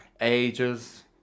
ages